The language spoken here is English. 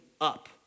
up